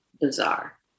bizarre